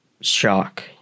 Shock